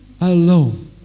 alone